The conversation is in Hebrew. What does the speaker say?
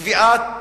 לקביעת